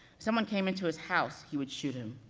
someone came into his house, he would shoot him.